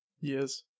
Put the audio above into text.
yes